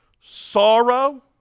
sorrow